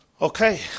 Okay